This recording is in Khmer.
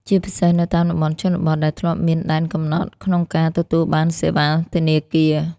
ជាពិសេសនៅតាមតំបន់ជនបទ ដែលធ្លាប់មានដែនកំណត់ក្នុងការទទួលបានសេវាធនាគារ។